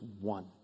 one